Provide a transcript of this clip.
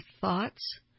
thoughts